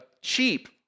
cheap